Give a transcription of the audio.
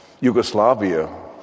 Yugoslavia